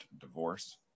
divorce